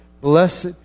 Blessed